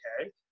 okay